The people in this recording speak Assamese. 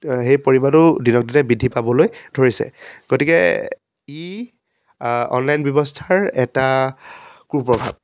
সেই পৰিমাণো দিনকদিনে বৃদ্ধি পাবলৈ ধৰিছে গতিকে ই অনলাইন ব্যৱস্থাৰ এটা কুপ্ৰভাৱ